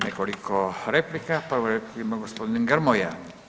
Nekoliko replika, prvu ima gospodin Grmoja.